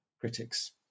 critics